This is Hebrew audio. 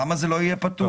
למה שזה לא יהיה פטור?